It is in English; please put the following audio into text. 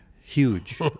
huge